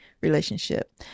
relationship